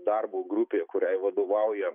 darbo grupė kuriai vadovauja